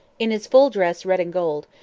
in his full-dress red and gold,